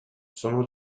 sono